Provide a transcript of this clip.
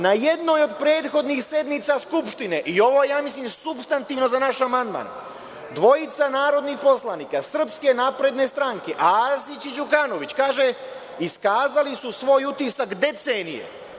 Na jednoj od prethodnih sednica Skupštine, i ovo je mislim supstantivno za naš amandman - dvojica narodni poslanika SNS, Arsić i Đukanović, iskazali su svoj utisak decenije.